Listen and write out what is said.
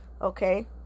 Okay